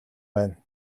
байна